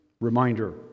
reminder